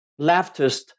leftist